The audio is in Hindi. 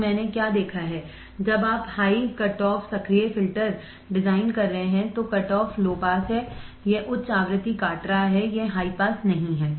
तो मैंने क्या देखा है कि जब आप हाई कटऑफ सक्रिय फिल्टरडिजाइन कर रहे हैं तो कटऑफ लो पास है यह उच्च आवृत्ति काट रहा है यह हाई पास नहीं है